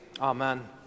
Amen